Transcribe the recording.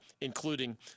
including